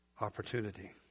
opportunity